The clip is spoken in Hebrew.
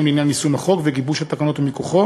לעניין יישום החוק וגיבוש התקנות מכוחו,